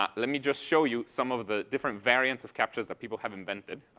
um let me just show you some of the different variants of captchas that people have invented,